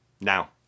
Now